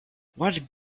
what